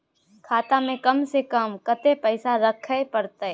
खाता में कम से कम कत्ते पैसा रखे परतै?